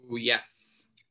yes